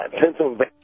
Pennsylvania